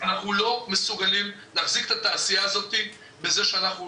אנחנו לא מסוגלים להחזיר את התעשייה הזאת בזה שאנחנו